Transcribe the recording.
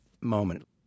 moment